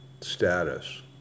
status